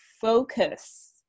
focus